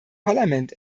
parlament